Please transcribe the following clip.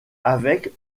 avec